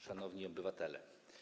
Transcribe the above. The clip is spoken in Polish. Szanowni Obywatele!